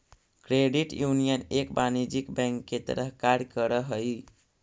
credit union एक वाणिज्यिक bank के तरह कार्य करऽ हइ